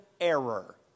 error